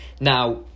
Now